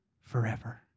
forever